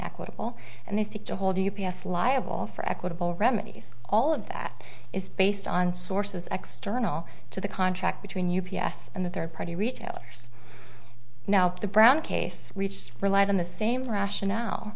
equitable and they seek to hold u p s liable for equitable remedies all of that is based on sources external to the contract between u b s and the third party retailers now the brown case reached relied on the same rationale